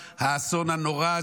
האסון הנורא הזה,